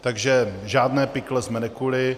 Takže žádné pikle jsme nekuli.